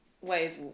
ways